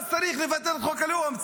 אז צריך לבטל את חוק הלאום,